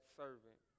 servant